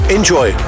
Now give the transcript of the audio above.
Enjoy